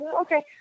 Okay